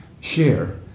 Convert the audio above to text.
share